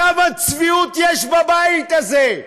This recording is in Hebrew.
כמה צביעות יש בבית הזה?